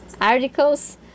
articles